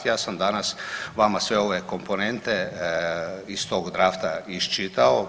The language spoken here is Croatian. Ja sam danas sve ove komponente iz tog drafta iščitao.